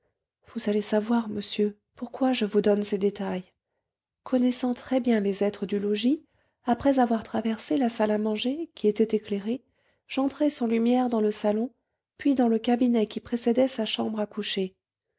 vous allez savoir monsieur pourquoi je vous donne ces détails connaissant très-bien les êtres du logis après avoir traversé la salle à manger qui était éclairée j'entrai sans lumière dans le salon puis dans le cabinet qui précédait sa chambre à coucher